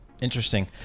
interesting